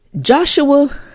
Joshua